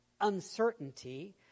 uncertainty